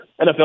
NFL